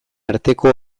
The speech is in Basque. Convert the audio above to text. arteko